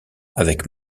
avec